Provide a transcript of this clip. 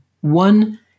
one